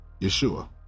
Yeshua